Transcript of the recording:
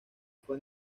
fue